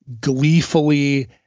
gleefully